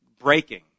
Breaking